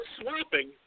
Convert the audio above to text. swapping